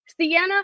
Sienna